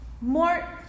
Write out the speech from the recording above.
more